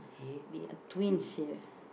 they are twins ya